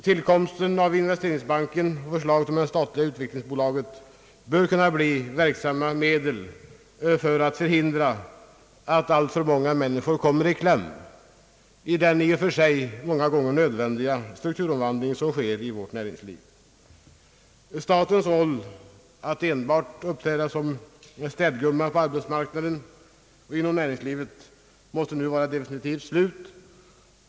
Tillkomsten av investeringsbanken och förslaget om det statliga utvecklingsbolaget bör kunna bli verksamma medel för att ge det allmänna en chans att på ett tidigare stadium än nu gripa in och förhindra att alltför många människor kommer i kläm i en i och för sig nödvändig strukturomvandling av vårt näringsliv. Statens roll att enbart uppträda som städgumma på arbetsmarknaden och inom näringslivet måste nu vara definitivt slut.